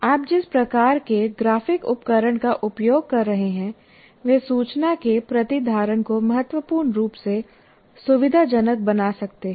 आप जिस प्रकार के ग्राफिक उपकरण का उपयोग कर रहे हैं वे सूचना के प्रतिधारण को महत्वपूर्ण रूप से सुविधाजनक बना सकते हैं